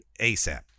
ASAP